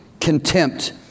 contempt